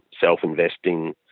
self-investing